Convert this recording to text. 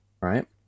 right